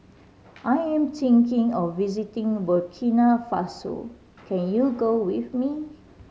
I am thinking of visiting Burkina Faso can you go with me